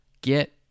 get